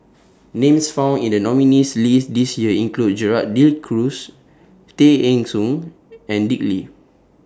Names found in The nominees list This Year include Gerald De Cruz Tay Eng Soon and Dick Lee